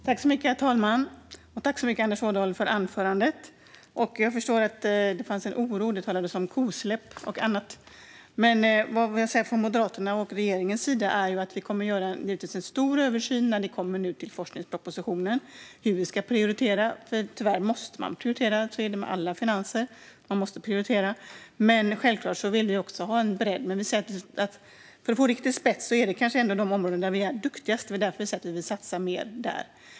Herr talman! Tack så mycket, Anders Ådahl, för anförandet! Jag förstår att det finns en oro när det talades om kosläpp och annat. Från Moderaternas och regeringens sida kommer vi givetvis att göra en stor översyn när det kommer till forskningspropositionen och om hur vi ska prioritera. Tyvärr måste man prioritera. Så är det med alla finanser; man måste prioritera. Vi vill självklart också ha en bredd. Men för att få riktig spets handlar det kanske ändå om de områden där vi är duktigast, och det är därför vi vill satsa mer där.